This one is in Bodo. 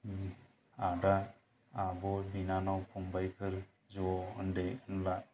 आदा आब' बिनानाव फंबाइफोर ज' उन्दै उनला